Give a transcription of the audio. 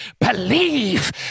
believe